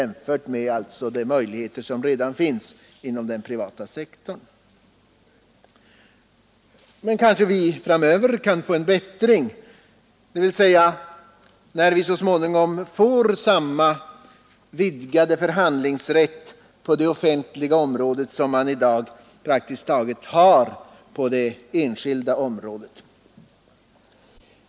Men kanske det kan bli en bättring framöver, dvs. när vi så småningom får samma vidgade förhandlingsrätt på det offentliga området som man i dag har på det enskilda området.